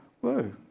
whoa